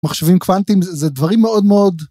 מחשבים קוונטים זה דברים מאוד מאוד.